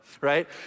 right